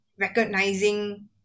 Recognizing